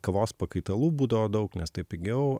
kavos pakaitalų būdavo daug nes taip pigiau